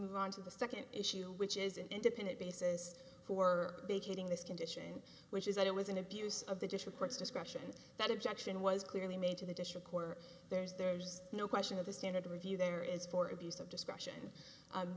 move on to the second issue which is an independent basis for vacating this condition which is that it was an abuse of the dish reports discretion that objection was clearly made to the district court there's there's no question of the standard of review there is for abuse of discretion